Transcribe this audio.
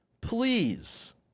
Please